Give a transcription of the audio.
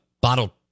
bottle